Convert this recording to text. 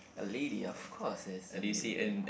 a lady of course there's a lady